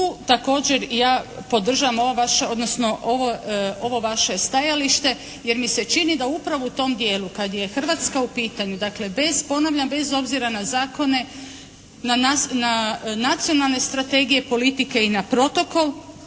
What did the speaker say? ovo vaše, odnosno ovo vaše stajalište jer mi se čini da upravo u tom dijelu kad je Hrvatska u pitanju dakle bez, ponavljam bez obzira na zakone na nacionalne strategije politike i na protokol